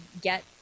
get